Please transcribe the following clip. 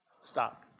stop